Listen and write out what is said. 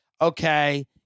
okay